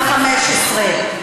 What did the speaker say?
ב-2015.